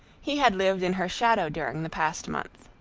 he had lived in her shadow during the past month.